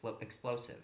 explosive